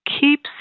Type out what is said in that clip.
keeps